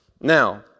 Now